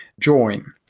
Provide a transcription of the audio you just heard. join,